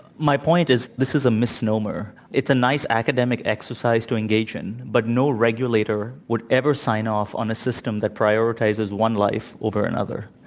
my point is that this is a misnomer. it's a nice academic exercise to engage in, but no regulator would ever sign off on a system that prioritizes one life over another.